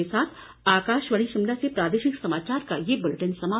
इसी के साथ आकाशवाणी शिमला से प्रादेशिक समाचार का ये बुलेटिन समाप्त हुआ